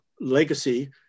legacy